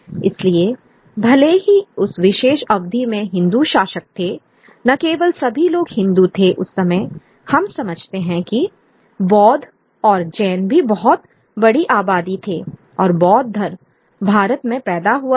इसलिए भले ही उस विशेष अवधि में हिंदू शासक थे न केवल सभी लोग हिंदू थे उस समय हम समझते हैं कि बौद्ध और जैन भी बहुत बड़ी आबादी थे और बौद्ध धर्म भारत में पैदा हुआ था